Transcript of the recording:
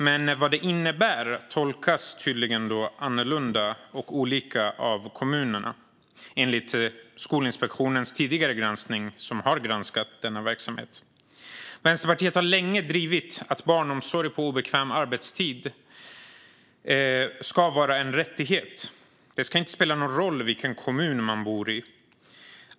Men vad detta innebär tolkas tydligen olika av kommunerna, enligt Skolinspektionens tidigare granskning av verksamheten. Vänsterpartiet har länge drivit att barnomsorg på obekväm arbetstid ska vara en rättighet. Det ska inte spela någon roll vilken kommun man bor i.